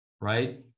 right